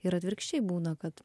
ir atvirkščiai būna kad